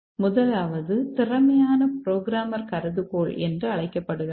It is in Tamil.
முதலாவது திறமையான புரோகிராமர் கருதுகோள் என்று அழைக்கப்படுகிறது